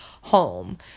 Home